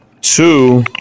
Two